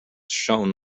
shown